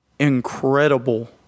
incredible